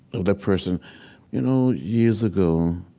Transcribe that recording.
of that person you know years ago,